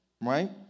right